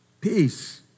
Peace